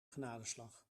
genadeslag